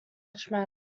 matter